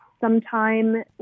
sometime